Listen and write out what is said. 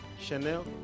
Chanel